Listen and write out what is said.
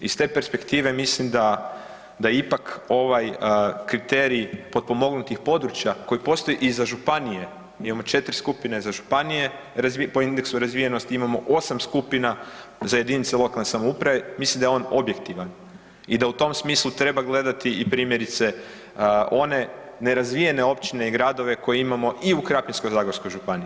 Iz te perspektive mislim da, da ipak ovaj kriterij potpomognutih područja koji postoji i za županije, mi imamo 4 skupine za županije po indeksu razvijenosti imamo 8 skupina za jedinice lokalne samouprave, mislim da je on objektivan i da u tom smislu treba gledati i primjerice one nerazvijene općine i gradove koje imamo i u Krapinsko-zagorskoj županiji.